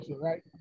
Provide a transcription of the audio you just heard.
right